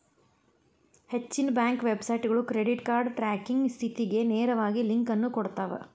ಹೆಚ್ಚಿನ ಬ್ಯಾಂಕ್ ವೆಬ್ಸೈಟ್ಗಳು credit card tracking ಸ್ಥಿತಿಗ ನೇರವಾಗಿ ಲಿಂಕ್ ಅನ್ನು ಕೊಡ್ತಾವ